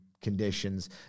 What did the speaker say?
conditions